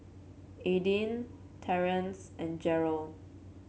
Aydin Terrance and Jerel